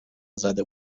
زده